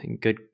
good